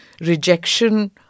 rejection